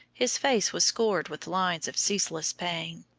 his face was scored with lines of ceaseless pain.